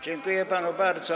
Dziękuję panu bardzo.